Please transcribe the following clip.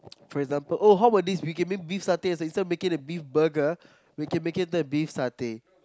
for example oh how about this we can make a beef satay and next time we get a beef burger we can make it into a beef satay